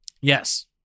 yes